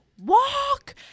walk